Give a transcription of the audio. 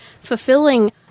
fulfilling